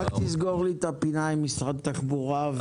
רק תסגור לי את הפינה עם משרד התחבורה.